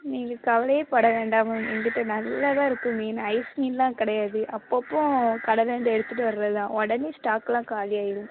நீங்கள் கவலையே படவேண்டாம் மேம் எங்ககிட்ட நல்லதாக இருக்கும் மீனு ஐஸ் மீனெலாம் கிடையாது அப்பப்போ கடல்லிருந்து எடுத்துகிட்டு வர்றதுதான் உடனே ஸ்டாக்லாம் காலி ஆயிடும்